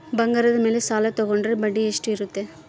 ಬಂಗಾರದ ಮೇಲೆ ಸಾಲ ತೋಗೊಂಡ್ರೆ ಬಡ್ಡಿ ಎಷ್ಟು ಇರ್ತೈತೆ?